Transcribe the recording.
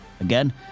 Again